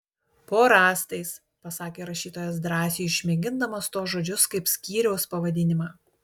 po rąstais pasakė rašytojas drąsiui išmėgindamas tuos žodžius kaip skyriaus pavadinimą